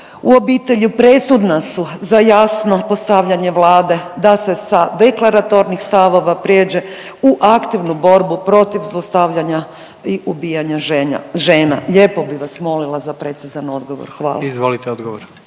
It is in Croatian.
u obitelji presudna su za jasno postavljanje vlade da se sa deklaratornih stavova prijeđe u aktivnu borbu protiv zlostavljanja i ubijanja žena. Lijepo bih vas molila za precizan odgovor. Hvala. **Jandroković,